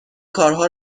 کارها